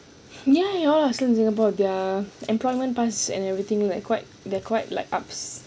ya they all are still in singapore their employment pass and everything like quite they are quite like ups